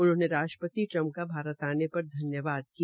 उन्होंने राष्ट्रपति ट्रंप का भारत आने पर धन्यवाद किया